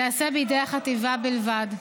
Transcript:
תיעשה בידי החטיבה בלבד.